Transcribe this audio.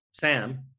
Sam